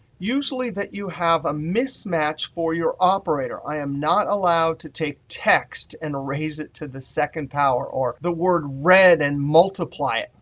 usually, that you have a mismatch for your operator. i am not allowed to take text and raise it to the second power, or the word red and multiply it.